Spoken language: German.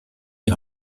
die